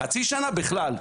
חצי שנה בכלל,